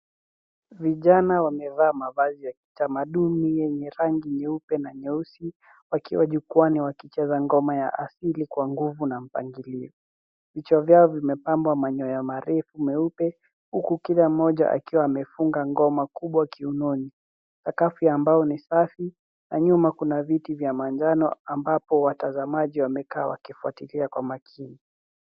Vijana wamevaa mavazi ya kitamaduni yenye rangi nyeupe na nyeusi, wakiwa jukwaani wakicheza ngoma ya asili kwa nguvu na mpangilio. Vichwa vyao vimepambwa manyoya marefu meupe huku kila mmoja akiwa amefunga ngoma kubwa kiunoni. Sakafu ya mbao ni safi. Na nyuma kuna viti vya manjano ambapo watazamaij wamekaa wakifuatilia kwa makini.